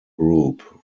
group